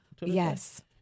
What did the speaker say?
Yes